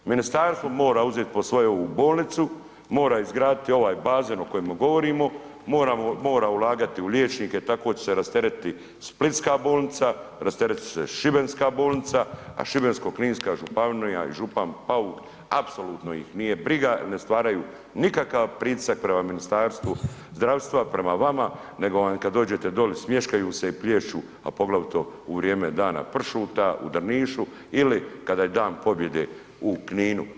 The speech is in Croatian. Ministarstvo mora uzet pod svoje bolnicu, mora izgraditi ovaj bazen o kojemu govorimo, mora ulagati u liječnike, tako će se rasteretiti splitska bolnica, rasteretit će se šibenska bolnica a Šibensko-kninska županija i župan Pauk apsolutno ih nije briga jer ne stvaraju nikakav pritisak prema Ministarstvu zdravstva, prema vama nego kad dođete doli, smješkaju se i plješću a poglavito u vrijeme Dana pršuta u Drnišu ili kada je Dan pobjede u Kninu.